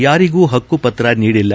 ಯಾರಿಗೂ ಪಕ್ಷುಪತ್ರ ನೀಡಿಲ್ಲ